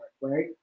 right